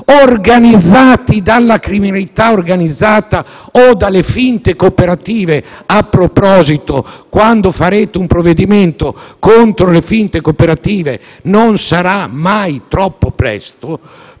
organizzati dalla criminalità organizzata o dalle finte cooperative. A proposito, quando farete un provvedimento contro le finte cooperative, non sarà mai troppo presto,